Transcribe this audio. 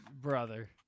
brother